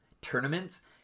tournaments